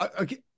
okay